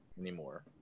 anymore